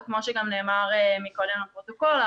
וכמו שגם נאמר קודם לפרוטוקול,